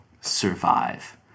Survive